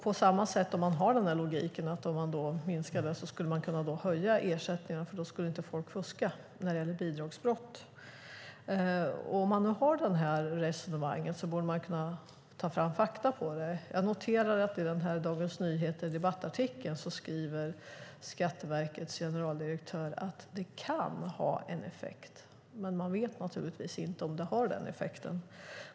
På samma sätt, om man har den logiken, skulle man kunna höja ersättningarna, för då skulle inte folk fuska när det gäller bidrag. Om man nu har det här resonemanget borde man kunna ta fram fakta om det. Jag noterar att Skatteverkets generaldirektör i den här debattartikeln i Dagens Nyheter skriver att det kan ha en effekt. Men man vet naturligtvis inte om det har den effekten.